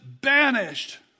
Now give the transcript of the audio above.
banished